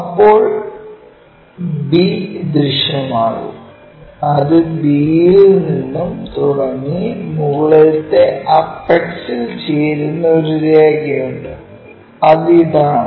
അപ്പോൾ b ദൃശ്യമാകും അത് b യിൽ നിന്നും തുടങ്ങി മുകളിലത്തെ അപെക്സ് ൽ ചേരുന്ന ഒരു രേഖയുണ്ട് അത് ഇതാണ്